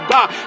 God